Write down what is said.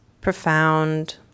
profound